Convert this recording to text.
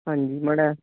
ਹਾਂਜੀ